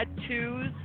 tattoos